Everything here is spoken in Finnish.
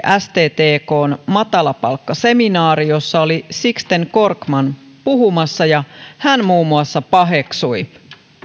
sttkn matalapalkkaseminaarissa jossa oli sixten korkman puhumassa ja hän muun muassa paheksui